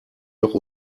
noch